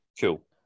cool